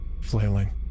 flailing